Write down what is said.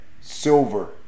silver